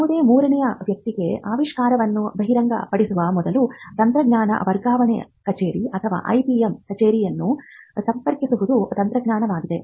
ಯಾವುದೇ ಮೂರನೇ ವ್ಯಕ್ತಿಗೆ ಆವಿಷ್ಕಾರವನ್ನು ಬಹಿರಂಗಪಡಿಸುವ ಮೊದಲು ತಂತ್ರಜ್ಞಾನ ವರ್ಗಾವಣೆ ಕಚೇರಿ ಅಥವಾ IPM ಕಚೇರಿಯನ್ನು ಸಂಪರ್ಕಿಸುವುದು ತಂತ್ರವಾಗಿದೆ